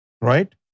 right